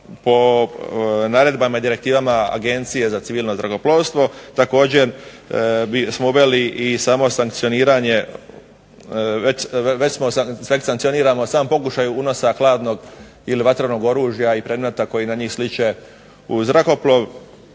po naredbama i direktivama Agencije za civilno zrakoplovstvo. Također smo uveli i samo sankcioniranje, već sankcioniramo sam pokušaj unosa hladnog ili vatrenog oružja ili predmeta koji na njih sliče u zrakoplov.